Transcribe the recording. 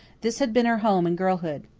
this had been her home in girlhood.